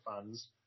funds